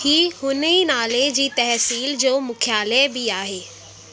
ही हुन ई नाले जी तहसील जो मुख्यालय बि आहे